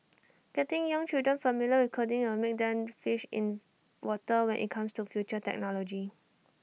getting young children familiar with coding will make them fish in water when IT comes to future technology